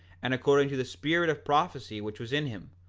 and according to the spirit of prophecy which was in him,